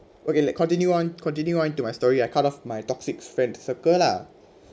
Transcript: okay let continue on continue on to my story I cut off my toxic friends circle lah